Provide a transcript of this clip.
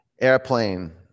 Airplane